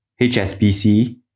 HSBC